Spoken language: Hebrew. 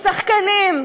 שחקנים,